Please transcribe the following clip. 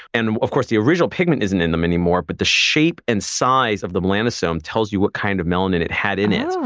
and of course the original pigment is in in them anymore but the shape and size of the melanosome tells you what kind of melanin it had in it.